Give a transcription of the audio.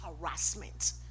harassment